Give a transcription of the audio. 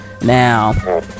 Now